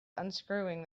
unscrewing